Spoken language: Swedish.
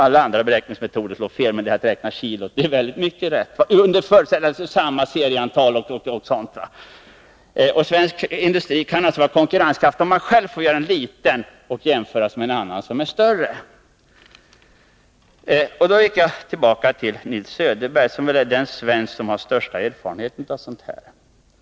Alla andra beräkningsmetoder slår fel, men om man räknar per kilogram kommer man ganska rätt — under förutsättning att det är samma serieantal osv. Svensk industri — med kortare serielängder — kan alltså vara konkurrenskraftig om man får göra en liten maskin och jämföra den med en annan som är större. Jag gick till generalmajor Nils Söderbergs memoarer. Han är den svensk som har störst erfarenhet.